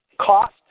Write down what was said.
cost